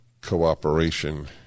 cooperation